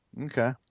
Okay